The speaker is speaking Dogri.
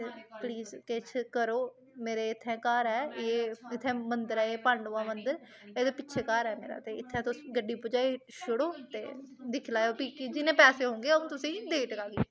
ते प्लीज किश करो मेरे इत्थे घर ऐ एह् इत्थै मंदर ऐ एह् पांडुएं दा मंदर एह्दे पिच्छें घर ऐ मेरा ते इत्थे तुस गड्डी पजाई छोड़ो ते दिक्खी लैएओ फ्ही जिन्ने पैसे होंगे आ'ऊं तुसेंगी देई टकाह्गी